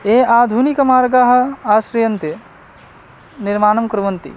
ये आधुनिकमार्गाः आश्रियन्ते निर्माणं कुर्वन्ति